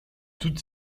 toute